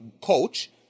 coach